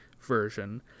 version